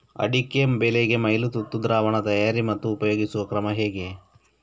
ಅಡಿಕೆ ಬೆಳೆಗೆ ಮೈಲುತುತ್ತು ದ್ರಾವಣ ತಯಾರಿ ಮತ್ತು ಉಪಯೋಗಿಸುವ ಕ್ರಮ ಹೇಗೆ?